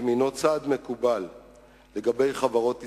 הוא צעד מקובל לגבי חברות עסקיות,